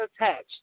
attached